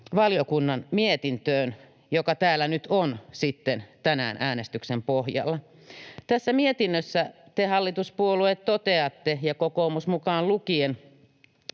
valiokuntanne mietintöön, joka täällä on sitten tänään äänestyksen pohjalla. Tässä mietinnössä te, hallituspuolueet, toteatte, kokoomus mukaan lukien,